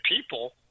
people